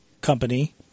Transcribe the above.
company